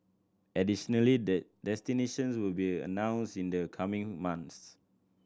additionally the destinations will be announced in the coming months